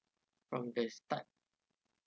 from the start